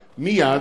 מייד,